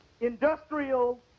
industrial